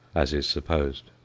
as is supposed.